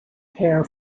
pair